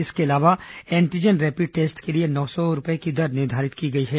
इसके अलावा antigen rapid test के लिए नौ सौ रूपए की दर निर्धारित की गई है